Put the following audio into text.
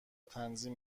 تنظیم